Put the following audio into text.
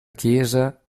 chiesa